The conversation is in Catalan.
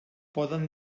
poden